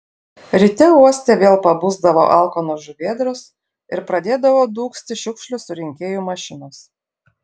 ryte uoste vėl pabusdavo alkanos žuvėdros ir pradėdavo dūgzti šiukšlių surinkėjų mašinos